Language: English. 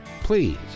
Please